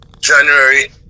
January